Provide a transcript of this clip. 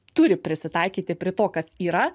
turi prisitaikyti prie to kas yra